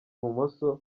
ibumoso